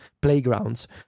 Playgrounds